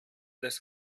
des